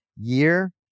year